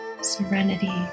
serenity